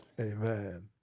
Amen